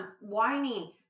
whining